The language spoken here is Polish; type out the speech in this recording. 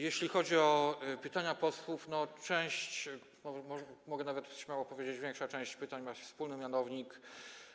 Jeśli chodzi o pytania posłów, część, mogę nawet śmiało powiedzieć, większa część pytań ma wspólny mianownik.